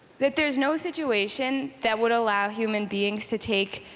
that there is no situation that would allow human beings to take